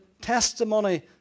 testimony